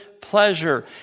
pleasure